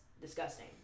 disgusting